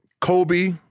Kobe